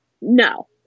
No